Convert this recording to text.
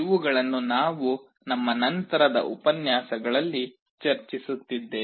ಇವುಗಳನ್ನು ನಾವು ನಮ್ಮ ನಂತರದ ಉಪನ್ಯಾಸಗಳಲ್ಲಿ ಚರ್ಚಿಸುತ್ತಿದ್ದೇವೆ